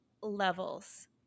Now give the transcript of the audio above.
levels